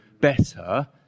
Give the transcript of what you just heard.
better